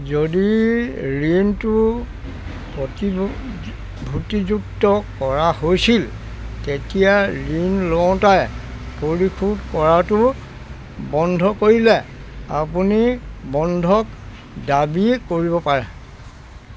যদি ঋণটো প্ৰতিভূতিযুক্ত কৰা হৈছিল তেতিয়া ঋণ লওতাই পৰিশোধ কৰাতো বন্ধ কৰিলে আপুনি বন্ধক দাবী কৰিব পাৰে